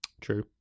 True